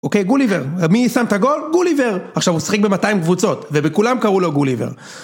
אוקיי, גוליבר. מי שם את הגול? גוליבר. עכשיו הוא שיחק ב-200 קבוצות, ובכולם קראו לו גוליבר.